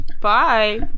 Bye